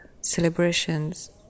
celebrations